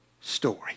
story